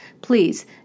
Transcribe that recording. please